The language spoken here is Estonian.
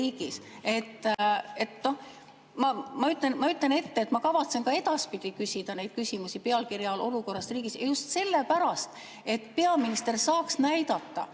Ma ütlen ette, et ma kavatsen ka edaspidi küsida neid küsimusi pealkirja all "Olukord riigis" ja just sellepärast, et peaminister saaks näidata,